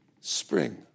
Spring